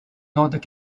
north